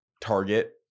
target